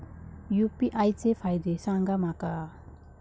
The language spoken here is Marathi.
यू.पी.आय चे फायदे सांगा माका?